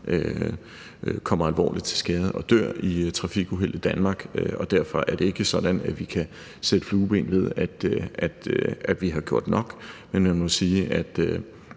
kommer alvorligt til skade eller dør i trafikuheld i Danmark, og derfor er det ikke sådan, at vi kan sætte flueben ved, at vi har gjort nok. Men man må sige, at